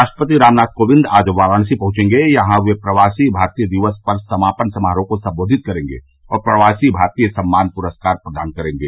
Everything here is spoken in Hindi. राष्ट्रपति रामनाथ कोविंद आज वाराणसी पहुंचेंगे यहां वे प्रवासी भारतीय दिवस पर समापन समारोह को सम्बोवित करेंगे और प्रवासी भारतीय सम्मान प्रस्कार प्रदान करेंगे